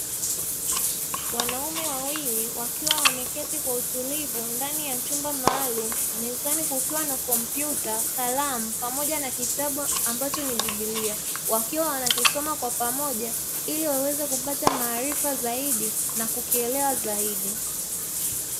Wanaume wawili wakiwa wameketi kwa utulivu ndani ya chumba maalumu mezani kukiwa na kompyuta, kalamu pamoja kitabu ambacho ni biblia wakiwa wanakisoma kwa pamoja ili waweze kupata maarifa zaidi na kukielewa zaidi.